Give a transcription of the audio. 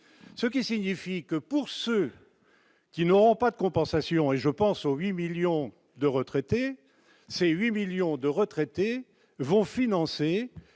ce qui signifie que pour ceux qui n'auront pas de compensation et je pense au 8 millions de retraités, c'est 8 millions de retraités vont financer